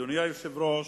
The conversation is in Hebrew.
אדוני היושב-ראש,